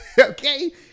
okay